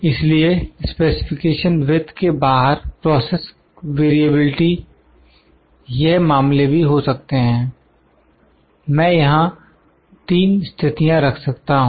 इसलिए specification with के बाहर प्रोसेस वेरिएबलटी यह मामले भी हो सकते हैं मैं यहां 3 स्तिथियाँ रख सकता हूं